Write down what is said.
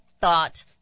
thought